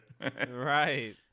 Right